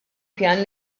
pjan